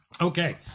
Okay